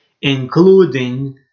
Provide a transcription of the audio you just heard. including